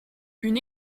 une